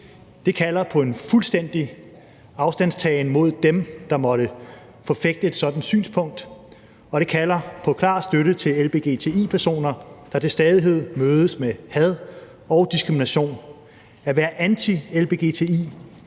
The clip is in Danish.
Det kalder på en fuldstændig afstandtagen fra dem, der måtte forfægte et sådant synspunkt, og det kalder på klar støtte til lgtbi-personer, der til stadighed mødes med had og diskrimination. At være anti-lgbti